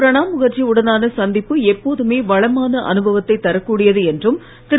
பிரணாப் முகர்ஜி உடனான சந்திப்பு எப்போதுமே வளமான அனுபவத்தை தரக்கூடியது என்றும் திரு